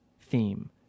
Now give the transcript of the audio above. theme